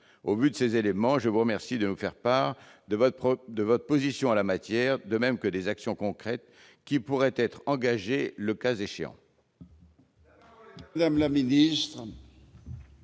Au vu de ces éléments, je vous remercie de nous faire part de votre position en la matière, madame la ministre, de même que des actions concrètes qui pourraient être engagées le cas échéant.